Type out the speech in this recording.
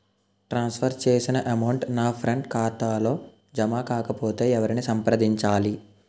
ట్రాన్స్ for చేసిన amount నా friend ఖాతాలో జమ కాకపొతే ఎవరిని సంప్రదించాలి?